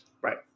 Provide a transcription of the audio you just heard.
Right